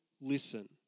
listen